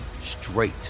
straight